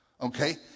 okay